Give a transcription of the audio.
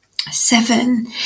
Seven